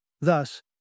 Thus